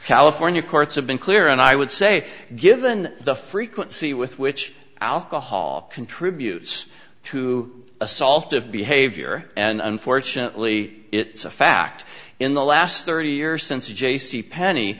california courts have been clear and i would say given the frequency with which alcohol contributes to assaultive behavior and unfortunately it's a fact in the last thirty years since j c penny